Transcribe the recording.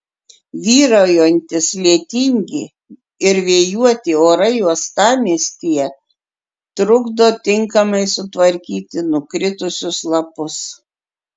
vyraujantys lietingi ir vėjuoti orai uostamiestyje trukdo tinkamai sutvarkyti nukritusius lapus